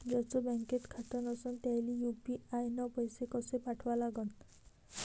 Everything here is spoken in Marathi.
ज्याचं बँकेत खातं नसणं त्याईले यू.पी.आय न पैसे कसे पाठवा लागन?